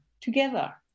together